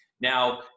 Now